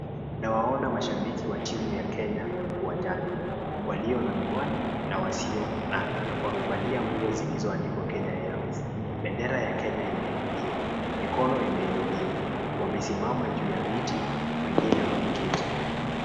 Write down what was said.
Nawaona mashabiki wa timu ya Kenya uwanjani, walio na miwani na wasio nayo, wamevalia nguo zilizoandikwa Kenya Airways, bendera ya Kenya imeinuliwa, mikono imeinuliwa, wamesimama juu ya viti wengine wameketi.